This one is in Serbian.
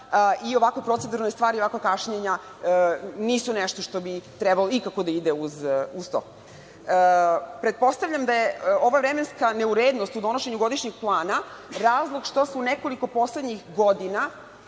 i ovakve proceduralne stvari, ovakva kašnjenja nisu nešto što bi trebalo da ide uz to. Pretpostavljam da je ova vremenska ne urednost u donošenju godišnjeg plana razlog što su nekoliko poslednjih godina,